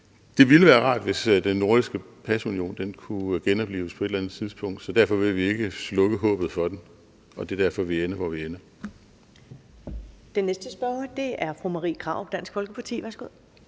Det ville være rart, hvis den nordiske pasunion kunne genoplives på et eller andet tidspunkt, så derfor vil vi ikke slukke håbet for den, og det er derfor, vi ender, hvor vi ender. Kl. 14:38 Første næstformand (Karen Ellemann): Den